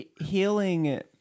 healing